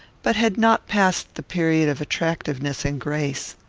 but had not passed the period of attractiveness and grace.